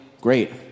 great